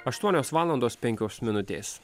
aštuonios valandos penkios minutės